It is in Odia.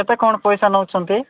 କେତେ କ'ଣ ପଇସା ନେଉଛନ୍ତି